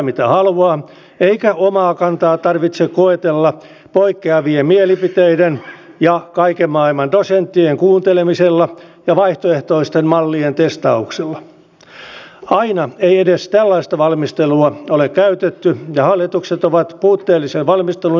mitä tulee sitten tiedusteluun meillähän on puolustusvoimien puolella ja myös rajavartioston puolella tarvetta hoitaa tiedustelu niin että pystymme varautumaan ulkopuolelta tuleviin uhkiin jo hyvissä ajoin etukäteen